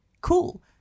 Cool